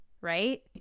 right